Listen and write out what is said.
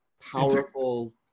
powerful